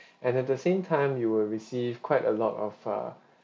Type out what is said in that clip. and at the same time you will receive quite a lot of err